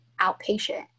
outpatient